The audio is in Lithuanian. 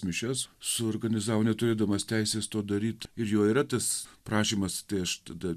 mišias suorganizavo neturėdamas teisės to daryt ir jo yra tas prašymas tai aš tada